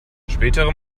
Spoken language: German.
spätere